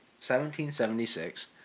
1776